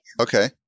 Okay